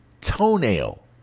toenail